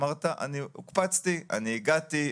אמרת שהוקפצת והגעת,